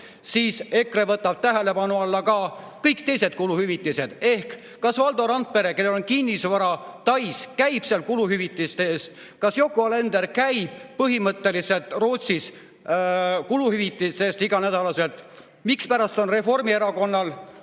siis EKRE võtab tähelepanu alla ka kõik teised kuluhüvitised. Ehk kas Valdo Randpere, kellel on kinnisvara Tais, käib seal kuluhüvitiste eest? Kas Yoko Alender käib põhimõtteliselt igal nädalal Rootsis kuluhüvitiste eest? Mispärast on Reformierakonnal